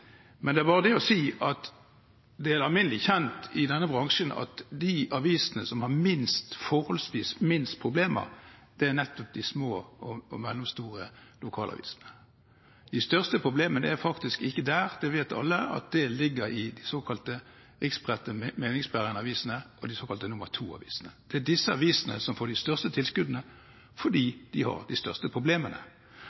Det er bare det å si at det er alminnelig kjent i denne bransjen at de avisene som har forholdsvis minst problemer, nettopp er de små og mellomstore lokalavisene. De største problemene er faktisk ikke der, det vet alle. Det ligger i de såkalte riksdekkende, meningsbærende avisene og de såkalte nr. 2-avisene. Det er disse avisene som får de største tilskuddene, fordi